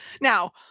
now